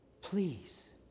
please